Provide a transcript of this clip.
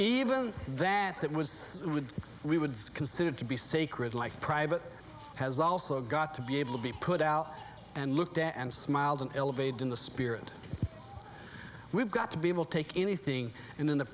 even that that was would we would consider to be sacred like private has also got to be able to be put out and looked at and smiled and elevated in the spirit we've got to be able to take anything and in the